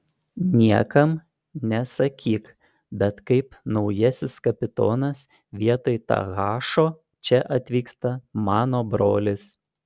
niekam nesakyk bet kaip naujasis kapitonas vietoj tahašo čia atvyksta mano brolis